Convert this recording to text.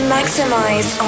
Maximize